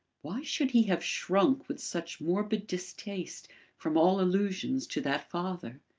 why should he have shrunk with such morbid distaste from all allusions to that father?